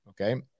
Okay